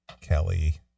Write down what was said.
Kelly